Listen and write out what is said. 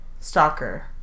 stalker